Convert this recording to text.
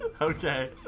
Okay